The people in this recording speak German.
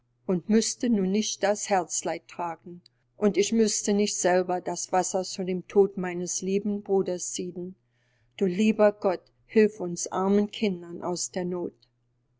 und müßten nun nicht das herzeleid tragen und ich müßte nicht selber das wasser zu dem tod meines lieben bruders sieden du lieber gott hilf uns armen kindern aus der noth